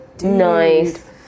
Nice